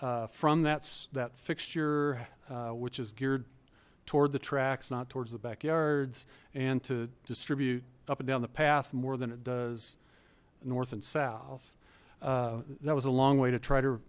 from that's that fixture which is geared toward the tracks not towards the backyards and to distribute up and down the path more than it does north and south that was a long way to try to